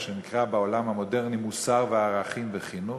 מה שנקרא בעולם המודרני מוסר וערכים וחינוך,